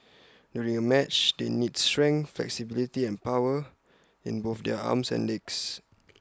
during A match they need strength flexibility and power in both their arms and legs